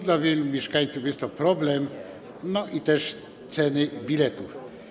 Dla wielu mieszkańców jest to problem, chodzi też o ceny biletów.